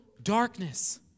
darkness